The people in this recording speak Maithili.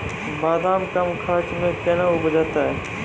बादाम कम खर्च मे कैना उपजते?